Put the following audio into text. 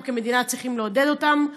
אנחנו כמדינה צריכים לעודד אותן.